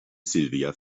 silvia